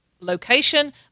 location